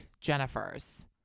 Jennifer's